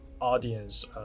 audience